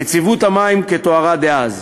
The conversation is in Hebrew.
נציבות המים, כתוארה דאז.